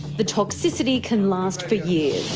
the toxicity can last for years.